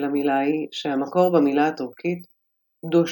המילה היא שהמקור במילה הטורקית düşbərə.